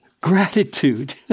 Gratitude